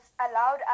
allowed